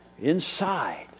Inside